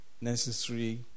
necessary